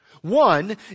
One